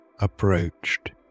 approached